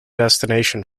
destination